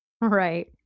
Right